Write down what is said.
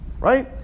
right